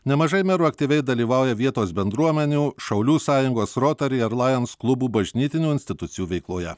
nemažai merų aktyviai dalyvauja vietos bendruomenių šaulių sąjungos rotary ar lions klubų bažnytinių institucijų veikloje